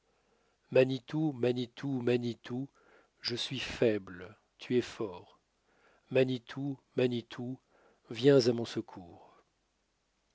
manitou manitou manitou je suis faible tu es fort manitou manitou viens à mon secours